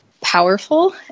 powerful